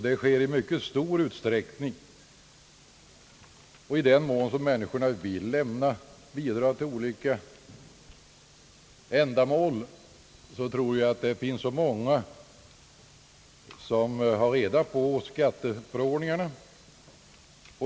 Detta sker i mycket stor utsträckning, och bland de människor som vill lämna bidrag till olika ändamål tror jag att det finns många som har reda på skatteförordningarna.